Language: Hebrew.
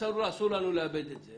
אסור לנו לאבד את זה